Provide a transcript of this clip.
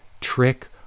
trick